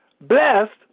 blessed